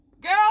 Girl